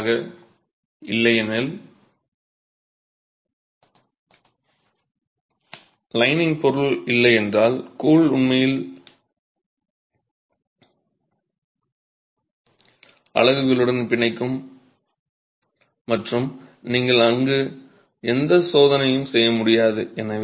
சரியாக சொன்னீர்கள் இல்லையெனில் லைனிங்க் பொருள் இல்லை என்றால் கூழ் உண்மையில் அலகுகளுடன் பிணைக்கும் மற்றும் நீங்கள் அங்கு எந்த சோதனையும் செய்ய முடியாது